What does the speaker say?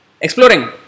Exploring